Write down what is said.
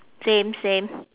same same